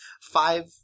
five